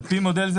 זה